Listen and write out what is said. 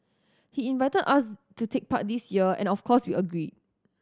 he invited us to take part this year and of course we agreed